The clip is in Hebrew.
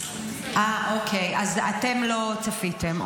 אה, אוקיי, אז אתם לא צפיתם.